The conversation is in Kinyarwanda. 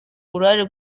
uruhare